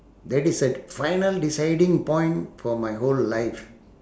that is at final deciding point for my whole life